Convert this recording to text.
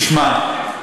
תשמע,